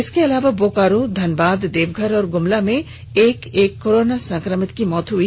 इसके अलावा बोकारो धनबाद देवघर और गुमला में एक एक कोरोना संक्रमित की मौत हो गई